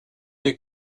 des